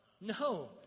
No